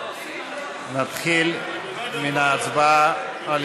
נתחיל מן ההצבעה על